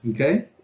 Okay